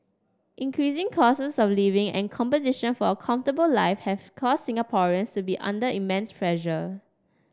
increasing costs of living and competition for a comfortable life have caused Singaporeans to be under immense pressure